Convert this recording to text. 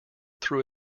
threw